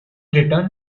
return